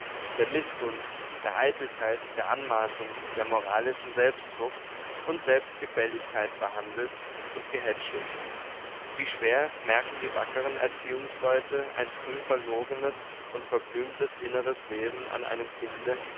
der mißgunst der eitelkeit der anmaßung der moralischen selbstsucht und selbstgefälligkeit behandelt und gehätschelt wie schwer merken die wackern erziehungsleute ein früh verlogenes und verblümtes inneres wesen an einem kinde